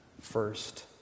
first